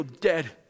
dead